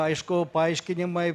aišku paaiškinimai